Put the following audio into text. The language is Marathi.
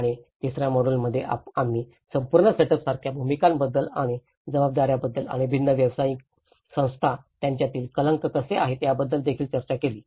आणि तिसर्या मॉड्यूलमध्ये आम्ही संपूर्ण सेटअपसारख्या भूमिकांबद्दल आणि जबाबदाऱ्या बद्दल आणि भिन्न व्यावसायिक संस्था यांच्यात कलंक कसे आहे याबद्दल देखील चर्चा केली